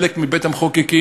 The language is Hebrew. חלק מבית-המחוקקים,